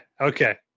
okay